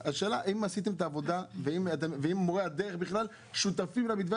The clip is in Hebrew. אז השאלה אם עשיתם את העבודה והאם מורי הדרך בכלל שותפים למתווה,